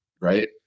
right